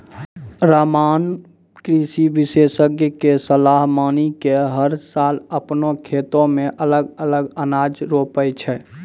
रामा नॅ कृषि विशेषज्ञ के सलाह मानी कॅ हर साल आपनों खेतो मॅ अलग अलग अनाज रोपै छै